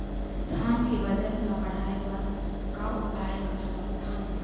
धान के वजन ला बढ़ाएं बर का उपाय कर सकथन?